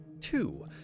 two